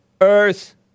Earth